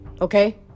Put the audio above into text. Okay